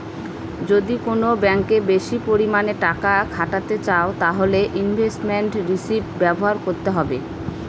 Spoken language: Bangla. যদি কোন ব্যাঙ্কে বেশি পরিমানে টাকা খাটাতে চাও তাহলে ইনভেস্টমেন্ট রিষিভ ব্যবহার করতে হবে